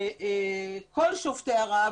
שובתי הרעב,